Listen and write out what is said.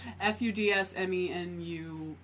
F-U-D-S-M-E-N-U